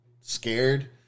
scared